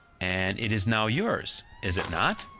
and it is now yours, is it not?